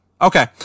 Okay